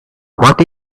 what